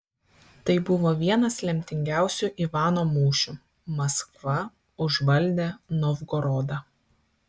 tai buvo vienas lemtingiausių ivano mūšių maskva užvaldė novgorodą